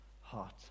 heart